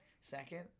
Second